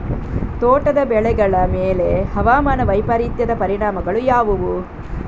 ತೋಟದ ಬೆಳೆಗಳ ಮೇಲೆ ಹವಾಮಾನ ವೈಪರೀತ್ಯದ ಪರಿಣಾಮಗಳು ಯಾವುವು?